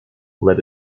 led